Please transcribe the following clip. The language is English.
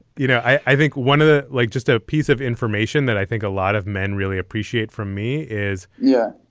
you know, i think one of the like just a piece of information that i think a lot of men really appreciate from me is yeah.